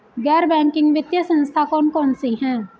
गैर बैंकिंग वित्तीय संस्था कौन कौन सी हैं?